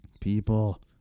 people